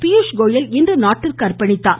பியூஷ்கோயல் இன்று நாடட்ற்கு அர்ப்பணித்தார்